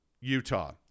Utah